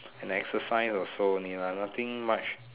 and exercise also only lah nothing much